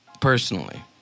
personally